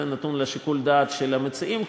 זה נתון לשיקול הדעת של המציעים,